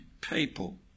people